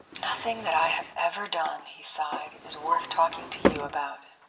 nothing that i have ever done, he sighed, is worth talking to you about.